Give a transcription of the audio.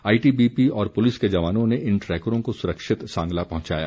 ITBP और police के जवानों ने इन ट्रैकरों को सुरक्षित सांगला पहुंचाया